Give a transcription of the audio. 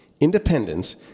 independence